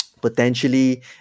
potentially